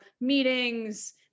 meetings